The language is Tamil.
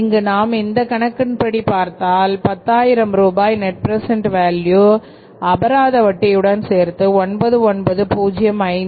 இங்கு நாம் இந்த கணக்கின்படி பார்த்தால் பத்தாயிரம் ரூபாய் நெட் பிரசெண்ட் வேல்யூஅபராத வட்டியுடன் சேர்த்து 9905